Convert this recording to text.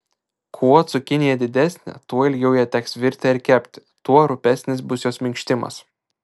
kuo cukinija didesnė tuo ilgiau ją teks virti ar kepti tuo rupesnis bus jos minkštimas